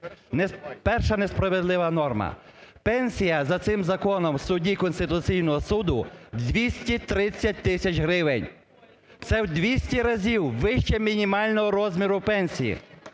Перша несправедлива норма. Пенсія за цим законом судді Конституційного Суду – 230 тисяч гривень! Це в 200 разів вище мінімального розміру пенсії.